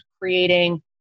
creating